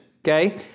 okay